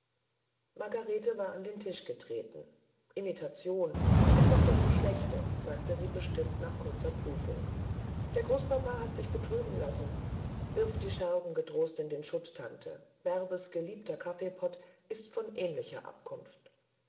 margarete war an den tisch getreten imitation und noch dazu schlechte sagte sie bestimmt nach kurzer prüfung der großpapa hat sich betrügen lassen wirf die scherben getrost in den schutt tante bärbes geliebter kaffeetopf ist von ähnlicher abkunft